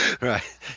right